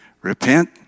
Repent